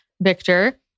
Victor